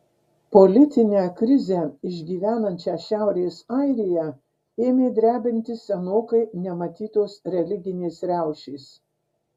politinę krizę išgyvenančią šiaurės airiją ėmė drebinti senokai nematytos religinės riaušės